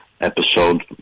episode